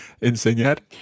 enseñar